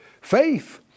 Faith